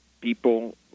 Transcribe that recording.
people